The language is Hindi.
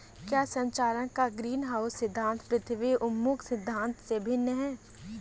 क्या संचालन का ग्रीनहाउस सिद्धांत पृथ्वी उन्मुख सिद्धांत से भिन्न है?